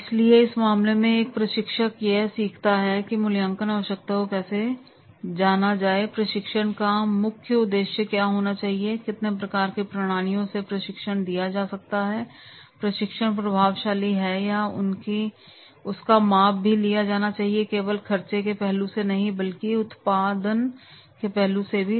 इसलिए इस मामले में एक प्रशिक्षक या सीखता है की मूल्यांकन आवश्यकता को कैसे जाना जाए प्रशिक्षण का मुख्य उद्देश्य क्या होना चाहिए कितने प्रकार की प्रणालियों से प्रशिक्षण दिया जा सकता है प्रशिक्षण प्रभावशाली है या नहीं उसका माप भी लिया जाना चाहिए केवल खर्चे के पहलू से नहीं बल्कि उत्पादन के पहलू से भी